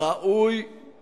בהסתייגויות מופיע